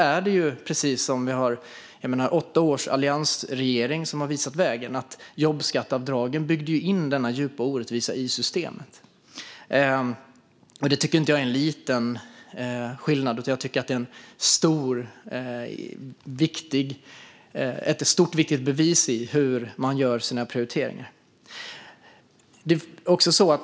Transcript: Åtta år med en alliansregering har visat vägen. Jobbskatteavdragen byggde in denna djupa orättvisa i systemet. Jag tycker att detta är ett stort och viktigt bevis på hur man gör sina prioriteringar, snarare än en liten skillnad.